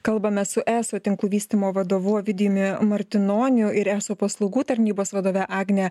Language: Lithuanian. kalbame su eso tinklų vystymo vadovu ovidijumi martinoniu ir eso paslaugų tarnybos vadove agne